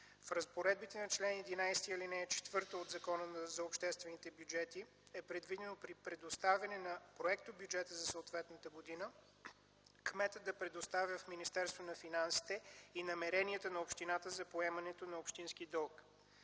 В разпоредбите на чл. 11, ал. 4 от Закона за общинските бюджети е предвидено при предоставяне на проектобюджета за съответната година кметът да предоставя в Министерството на финансите и намеренията на общината за поемането на общински дълг.